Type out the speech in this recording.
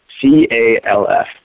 C-A-L-F